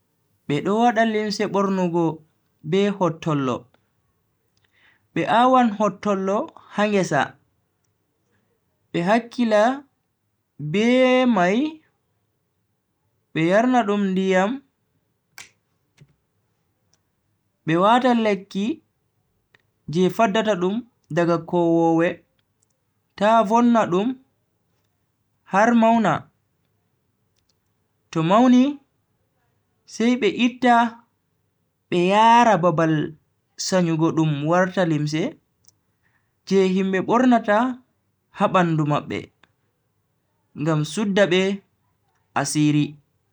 Be do wada limse bornugo be hottollo. be a'wan hottolo ha ngesa, be hakkila be mai be yarna dum ndiyam be wata lekki je faddata dum daga kowoowe ta vonna dum har mauna, to mauni sai be itta be yara babal sanyugo dum war limse je himbe bornata ha bandu mabbe ngam sudda be asiri.